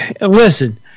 listen